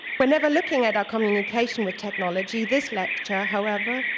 whenever looking at our communication with technology, this lecture, however,